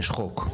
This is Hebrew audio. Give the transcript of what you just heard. יש חוק.